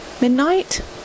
midnight